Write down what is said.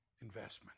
Investment